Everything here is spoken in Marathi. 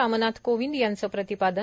रामनाथ कोविंद यांचं प्रतिपादन